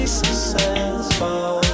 successful